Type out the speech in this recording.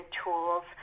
tools